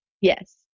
Yes